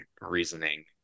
reasoning